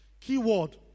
Keyword